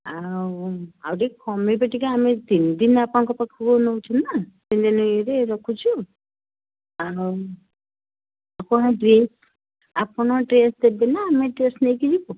ଆଉ ଆଉ ଟିକେ କମାଇବେ ଆମେ ତିନିଦିନ ଆପଣଙ୍କ ପାଖକୁ ନେଉଛୁ ନା ତିନିଦିନରେ ରଖୁଛୁ ଆପଣ ଡ୍ରେସ୍ ଆପଣ ଡ୍ରେସ୍ ଦେବେ ନା ଆମେ ଡ୍ରେସ୍ ନେଇକି ଯିବୁ